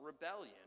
rebellion